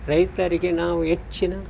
ರೈತರಿಗೆ ನಾವು ಹೆಚ್ಚಿನ